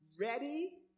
Ready